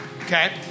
Okay